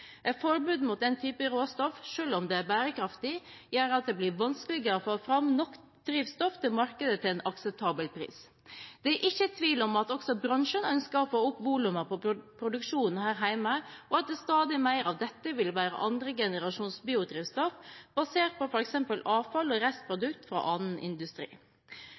Et forbud mot den type råstoff – selv om det er bærekraftig – gjør at det blir vanskeligere å få fram nok drivstoff til markedet til en akseptabel pris. Det er ikke tvil om at også bransjen ønsker å få opp volumene på produksjonen her hjemme, og at stadig mer av dette vil være andre generasjons biodrivstoff basert på f.eks. avfall og restprodukter fra annen industri.